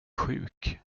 sjuk